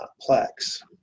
complex